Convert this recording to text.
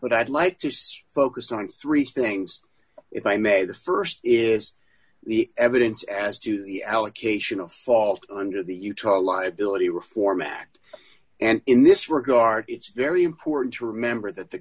but i'd like to focus on three things if i may the st is the evidence as to the allocation of fault under the utah liability reform act and in this regard it's very important to remember that the